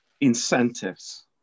incentives